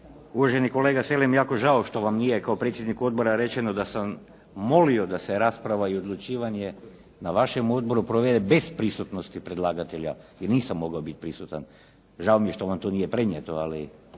uvaženi kolega Selem jako žalo što vam nije kao predsjedniku odbora rečeno da sam molio da se rasprava i odlučivanje na vašem odboru provede bez prisutnosti predlagatelja jer nisam mogao prisutan. Žao mi je što vam to nije prenijeto ali